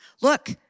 Look